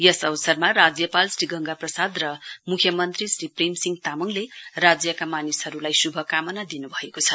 यस अवसरमा राज्यपाल श्री गंगा प्रसाद र मुख्यमन्त्री श्री प्रेमसिंह तामाङले राज्यका मानिसहरुलाई शुभाकामना दिनुभएको छ